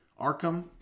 Arkham